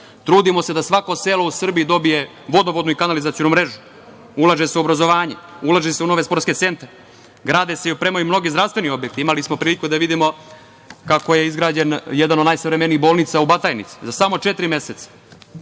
trudimo se da svako selo u Srbiji dobije vodovodnu i kanalizacionu mrežu, ulaže se u obrazovanje, ulaže se u nove sportske centre, grade se i opremaju mnoge zdravstveni objekti. Imali smo priliku da vidimo kako je izgrađena jedna od najsavremenijih bolnica u Batajnici za samo četiri meseca.